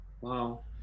Wow